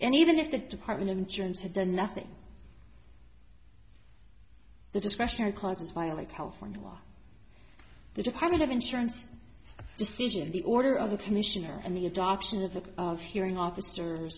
and even if the department of insurance has done nothing the discretionary clauses violate california law the department of insurance decision the order of the commissioner and the adoption of the hearing officer